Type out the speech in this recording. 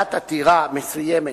שלקבלת עתירה מסוימת